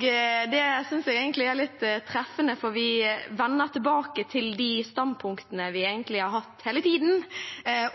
Det syns jeg er litt treffende, for vi vender tilbake til de standpunktene vi egentlig har hatt hele tiden,